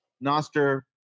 NOSTER